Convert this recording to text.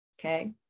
Okay